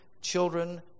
children